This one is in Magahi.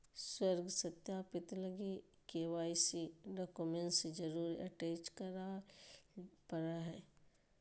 स्व सत्यापित लगी के.वाई.सी डॉक्यूमेंट जरुर अटेच कराय परा हइ